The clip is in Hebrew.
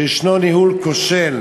יש ניהול כושל